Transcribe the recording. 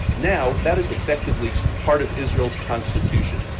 now that is effectively part of israel's constitution.